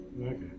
Okay